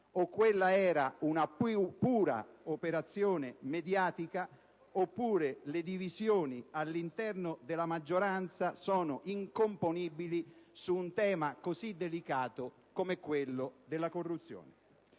o quella era una pura operazione mediatica oppure le divisioni all'interno della maggioranza sono incomponibili su un tema così delicato come quello della corruzione.